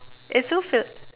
it's so